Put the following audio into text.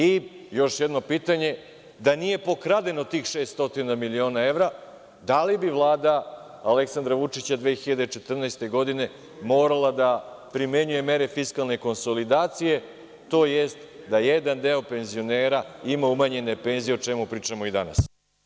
I još jedno pitanje – da nije pokradeno tih 600 miliona evra, da li bi Vlada Aleksandra Vučića 2014. godine morala da primenjuje mere fiskalne konsolidacije, tj. da jedan deo penzionera ima umanjene penzije o čemu pričamo i danas?